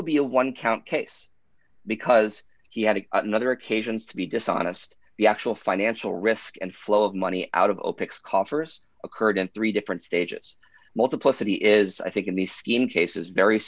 would be a one count case because he had another occasions to be dishonest the actual financial risk and flow of money out of a pic scoffers occurred in three different stages multiplicity is i think in the scheme cases very